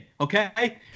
okay